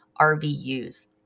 RVUs